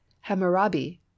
hammurabi